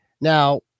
now